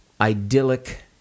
idyllic